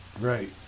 right